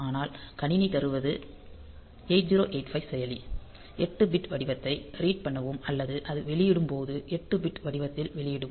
ஆனால் கணினி தருவது 8085 செயலி 8 பிட் வடிவத்தை ரீட் பண்ணவும் அல்லது அது வெளியிடும் போது 8 பிட் வடிவத்தில் வெளியிடும்